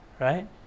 right